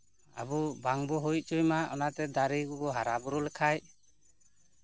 ᱟᱵᱚ ᱵᱟᱝ ᱵᱚ ᱦᱩᱭ ᱦᱚᱪᱚᱭ ᱢᱟ ᱚᱱᱟ ᱛᱚ ᱫᱟᱨᱮ ᱠᱚᱵᱚ ᱦᱟᱨᱟᱼᱵᱩᱨᱩ ᱞᱮᱠᱷᱟᱱ